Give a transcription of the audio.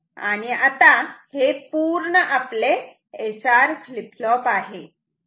आणि आता हे पूर्ण आपले SR फ्लीप फ्लोप आहे